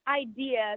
idea